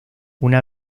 una